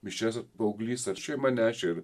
mišias paauglys ar šeima nešė ir